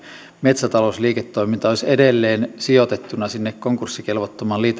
metsätalousliiketoiminta olisi edelleen sijoitettuna sinne konkurssikelvottoman